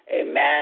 amen